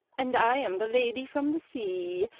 and i am the lady from the sea.